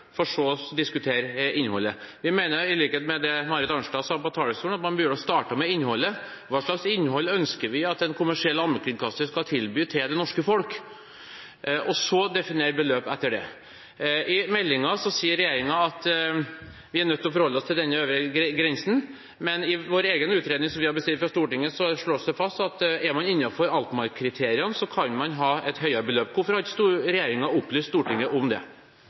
for så å diskutere innholdet. Vi mener, som Marit Arnstad sa på talerstolen, at man burde startet med innholdet, hva slags innhold vi ønsker at en kommersiell allmennkringkaster skal tilby det norske folk, og så definere beløp etter det. I meldingen sier regjeringen at vi er nødt til å forholde oss til denne øvre grensen, men i vår egen utredning som vi har bestilt fra Stortinget, slås det fast at er man innenfor Altmark-kriteriene, kan man ha et høyere beløp. Hvorfor har ikke regjeringen opplyst Stortinget om det?